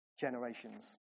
generations